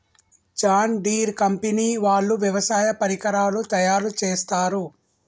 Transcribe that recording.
John Deere company వాళ్ళు వ్యవసాయ పరికరాలు తయారుచేస్తారు